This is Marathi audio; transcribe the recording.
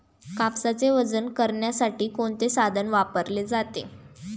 कापसाचे वजन करण्यासाठी कोणते साधन वापरले जाते?